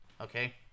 Okay